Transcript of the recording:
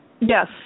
Yes